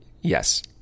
Yes